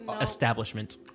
establishment